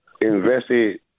invested